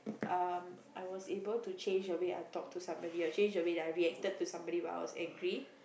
um I was able to change the way I talk to somebody or change the way I reacted to somebody while I was angry